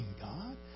God